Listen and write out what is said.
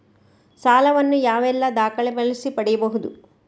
ಸಾಲ ವನ್ನು ಯಾವೆಲ್ಲ ದಾಖಲೆ ಬಳಸಿ ಪಡೆಯಬಹುದು?